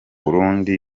burundi